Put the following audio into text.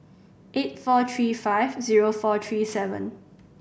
eight four three five zero four three seven